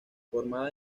formada